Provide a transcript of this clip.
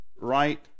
right